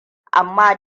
amma